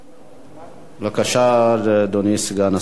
בבקשה, אדוני סגן השר.